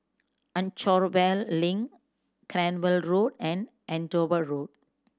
Anchorvale Link Cranwell Road and Andover Road